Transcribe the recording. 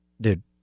Dude